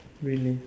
really